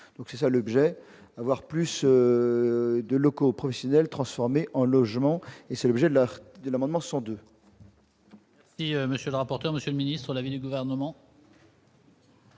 donc c'est ça l'objet voire plus. De locaux professionnels transformés en logements et c'est l'objet de l'art de l'amendement 102. Et monsieur le rapporteur, monsieur le Ministre, l'avis du gouvernement.